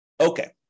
Okay